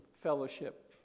fellowship